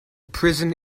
prison